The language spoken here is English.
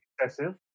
excessive